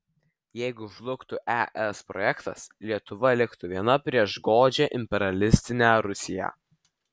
jeigu žlugtų es projektas lietuva liktų viena prieš godžią imperialistinę rusiją